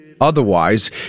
otherwise